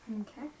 Okay